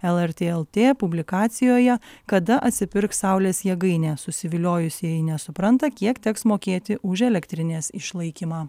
lrt lt publikacijoje kada atsipirks saulės jėgainė susiviliojusieji nesupranta kiek teks mokėti už elektrinės išlaikymą